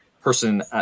person